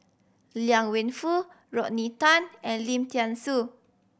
Liang Wenfu Rodney Tan and Lim Thean Soo